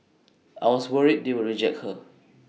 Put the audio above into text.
I was worried they would reject her